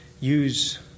use